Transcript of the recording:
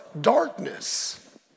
darkness